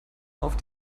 auf